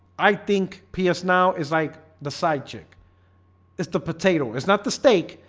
i think ps now is like the side chick it's the potato. it's not the steak,